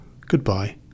goodbye